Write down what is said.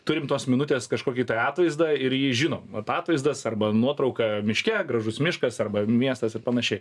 turim tos minutės kažkokį tai atvaizdą ir jį žinom vat atvaizdas arba nuotrauka miške gražus miškas arba miestas ir panašiai